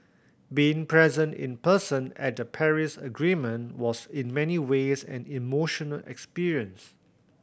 being present in person at the Paris Agreement was in many ways an emotional experience